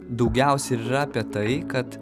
daugiausiai ir yra apie tai kad